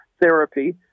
therapy